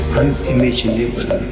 unimaginable